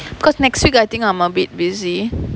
because next week I think I'm a bit busy